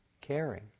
caring